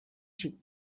xic